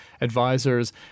advisors